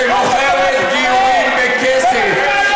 שמוכרת גיורים בכסף.